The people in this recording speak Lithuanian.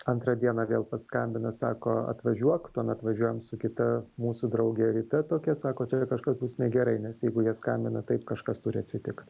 antrą dieną vėl paskambina sako atvažiuok tuomet važiuojam su kita mūsų drauge rita tokia sako čia kažkas negerai nes jeigu jie skambina taip kažkas turi atsitikt